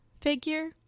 figure